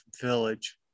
village